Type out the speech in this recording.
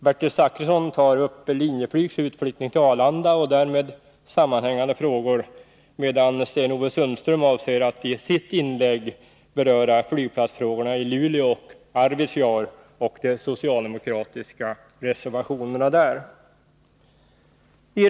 Bertil Zachrisson tar upp Linjeflygs utflyttning till Arlanda och därmed sammanhängande frågor, medan Sten-Ove Sundström avser att i sitt inlägg beröra flygplatsfrågorna i Luleå och Arvidsjaur och de socialdemokratiska reservationerna därvidlag.